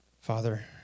Father